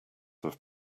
have